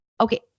okay